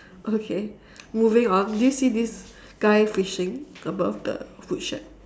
okay moving on do you see this guy fishing above the food shack